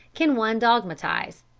can one dogmatize.